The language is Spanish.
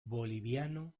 boliviano